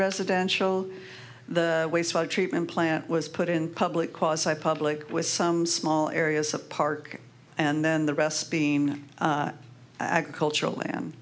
residential waste treatment plant was put in public caused by public with some small areas a park and then the rest being agricultural land